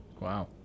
wow